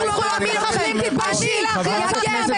תתביישי לך.